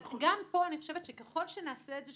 גם פה אני חושבת שככל שנעשה את זה,